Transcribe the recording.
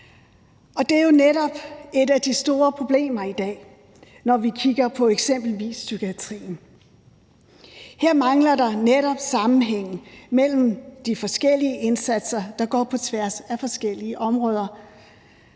Det er jo netop et af de store problemer i dag, når vi kigger på eksempelvis psykiatrien. Her mangler der netop sammenhæng mellem de forskellige indsatser, der går på tværs af forskellige områder.